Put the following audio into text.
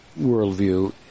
worldview